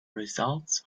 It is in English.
results